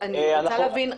אני רוצה להבין.